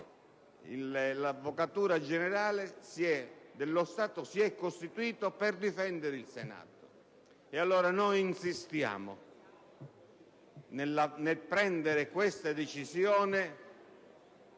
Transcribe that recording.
l'Avvocatura generale dello Stato si è costituita per difendere il Senato. Allora, noi insistiamo, nel prendere questa decisione,